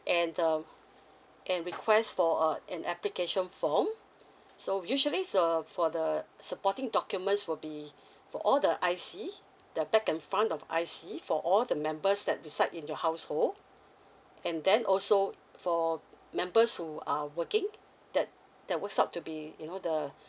and the and request for err an application form so usually uh for the supporting documents will be for all the I_C the back and front of I_C for all the members that reside in your household and then also for members who are working that that works out to be you know the